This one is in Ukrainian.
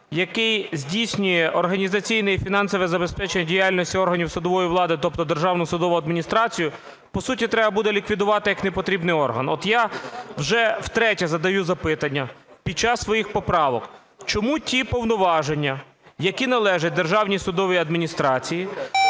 який здійснює організаційне і фінансове забезпечення діяльності органів судової влади, тобто Державну судову адміністрацію, по суті, треба буде ліквідувати як непотрібний орган. От я вже втретє задаю запитання під час своїх поправок: чому ті повноваження, які належать Державній судовій адміністрації,